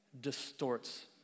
distorts